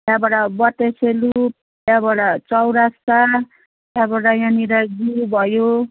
त्यहाँबाट बतासे लुप त्यहाँबाट चौरास्ता त्यहाँबाट यहाँनिर जु भयो